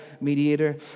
mediator